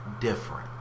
different